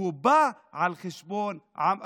והוא בא על חשבון עם אחר.